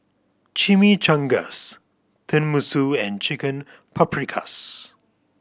Chimichangas Tenmusu and Chicken Paprikas